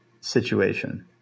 situation